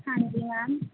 ਹਾਂਜੀ ਮੈਮ